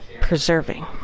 preserving